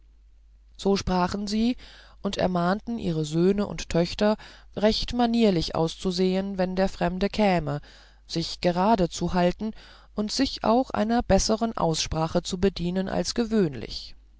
so sprachen sie und ermahnten ihre söhne und töchter recht manierlich auszusehen wenn die fremden kämen sich gerade zu halten und sich auch einer besseren aussprache zu bedienen als gewöhnlich